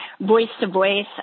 voice-to-voice